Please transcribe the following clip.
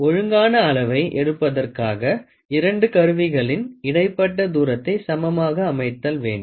ஒழுங்கான அளவை எடுப்பதற்காக இரண்டு கருவிகளின் இடைப்பட்ட தூரத்தை சமமாக அமைத்தல் வேண்டும்